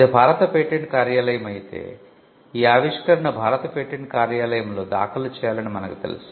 ఇది భారత పేటెంట్ కార్యాలయం అయితే ఈ ఆవిష్కరణను భారత పేటెంట్ కార్యాలయంలో దాఖలు చేయాలని మనకు తెలుసు